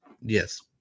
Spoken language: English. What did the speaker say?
Yes